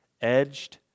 edged